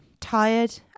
tired